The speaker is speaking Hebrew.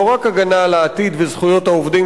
לא רק הגנה על העתיד ועל זכויות העובדים